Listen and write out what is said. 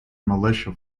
militia